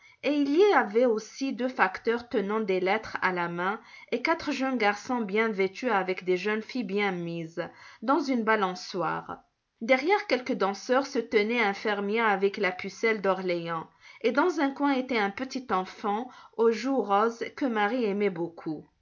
il y avait aussi deux facteurs tenant des lettres à la main et quatre jeunes garçons bien vêtus avec des jeunes filles bien mises dans une balançoire derrière quelques danseurs se tenaient un fermier avec la pucelle d'orléans et dans un coin était un petit enfant aux joues roses que marie aimait beaucoup